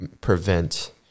prevent